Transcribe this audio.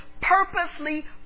purposely